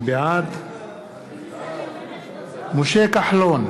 בעד משה כחלון,